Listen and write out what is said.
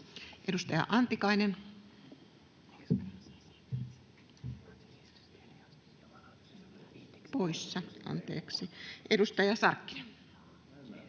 Edustaja Antikainen, poissa. — Edustaja Sarkkinen.